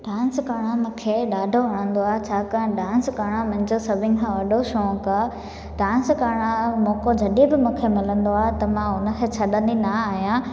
dance करणु मूंखे ॾाढो वणंदो आहे छाकाणि डांस करणु मुंहिंजो सभिनि खां वॾो शौक़ु आहे डांस करण जो मौक़ो जॾहिं बि मूंखे मिलंदो आहे त मां उन खे छॾींदी न आहियां